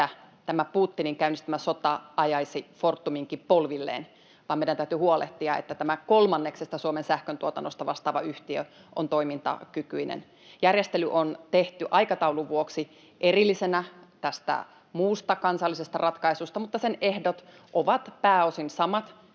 että tämä Putinin käynnistämä sota ajaisi Fortuminkin polvilleen, vaan meidän täytyy huolehtia, että tämä kolmanneksesta Suomen sähköntuotannosta vastaava yhtiö on toimintakykyinen. Järjestely on tehty aikataulun vuoksi erillisenä tästä muusta kansallisesta ratkaisusta, mutta sen ehdot ovat pääosin samat.